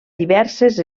diverses